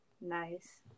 nice